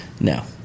no